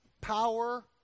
power